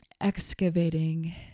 excavating